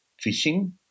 fishing